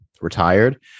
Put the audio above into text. retired